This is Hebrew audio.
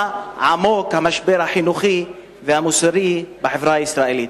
עמוק המשבר החינוכי והמוסרי בחברה הישראלית.